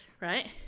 right